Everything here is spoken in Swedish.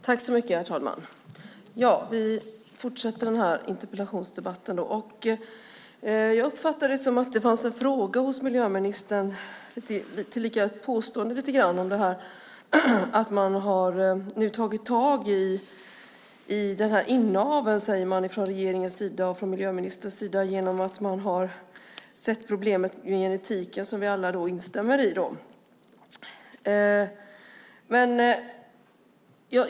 Herr talman! Jag uppfattade att det fanns en fråga tillika ett påstående från miljöministern om att man har tagit tag i inaveln från regeringens och miljöministerns sida genom att se problemet med genetiken, ett problem som vi alla instämmer i finns.